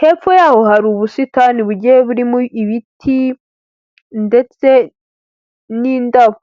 hepfo yaho hari ubusitani bugiye burimo ibiti ndetse n'indabo.